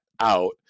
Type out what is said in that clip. out